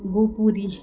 Gopuri